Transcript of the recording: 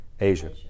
Asia